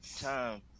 time